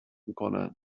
میکنن